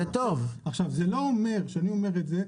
כשאני אומר את זה,